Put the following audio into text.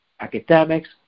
academics